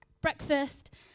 breakfast